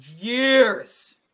years